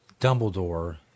Dumbledore